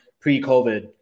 pre-COVID